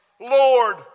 lord